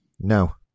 No